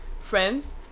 friends